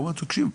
הוא אומר, תקשיב,